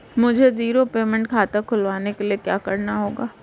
मुझे zero payment खाता खुलवाने के लिए क्या करना होगा?